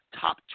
top